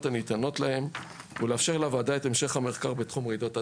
הניתנות להם ולאפשר לוועדה את המשך המחקר בתחום רעידות אדמה.